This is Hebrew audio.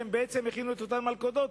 שהם בעצם הכינו את אותן מלכודות,